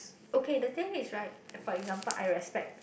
okay the thing is right for example I respect